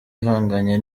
ihanganye